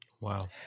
Wow